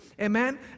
Amen